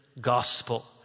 gospel